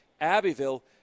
Abbeville